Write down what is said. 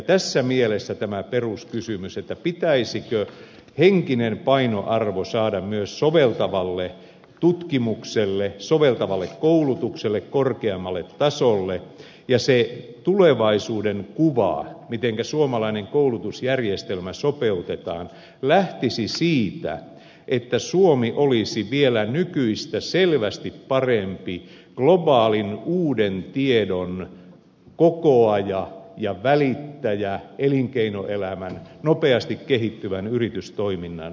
tässä mielessä on tämä peruskysymys pitäisikö henkinen painoarvo saada myös soveltavalle tutkimukselle soveltavalle koulutukselle korkeammalle tasolle ja se tulevaisuuden kuva mitenkä suomalainen koulutusjärjestelmä sopeutetaan lähtisi siitä että suomi olisi vielä nykyistä selvästi parempi globaalin uuden tiedon kokoaja ja välittäjä elinkeinoelämän nopeasti kehittyvän yritystoiminnan tarpeisiin